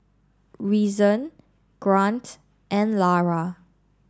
Reason Grant and Lara